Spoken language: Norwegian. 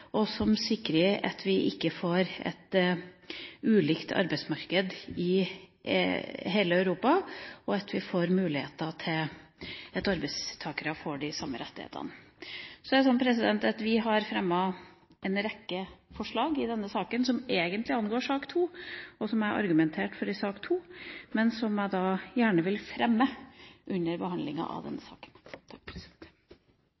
og som sikrer at vi ikke får et ulikt arbeidsmarked i hele Europa. Vi har fremmet en rekke forslag i denne saken som egentlig angår sak nr. 2, som jeg argumenterte for i sak nr. 2, men som jeg gjerne vil fremme under behandlinga av